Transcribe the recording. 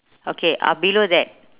okay uh below that